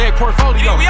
portfolio